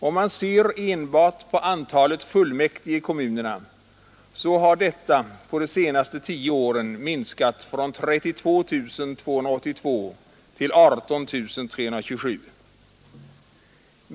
Om man ser enbart på antalet fullmäktige i kommunerna, så finner man att detta på de senaste tio åren minskat från 32 282 till 18 327.